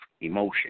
emotion